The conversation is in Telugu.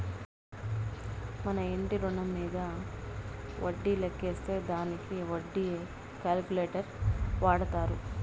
మన ఇంటి రుణం మీంద వడ్డీ లెక్కేసే దానికి వడ్డీ క్యాలిక్యులేటర్ వాడతారు